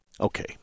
Okay